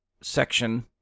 section